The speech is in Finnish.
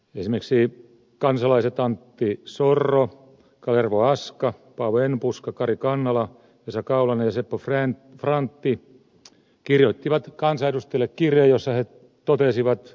esimerkiksi kansalaiset antti sorro kalervo aska paavo enbuska kari kannala esa kaulanen ja seppo frantti kirjoittivat kansanedustajille kirjeen jossa he totesivat seuraavasti